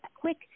quick